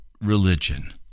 religion